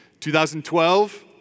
2012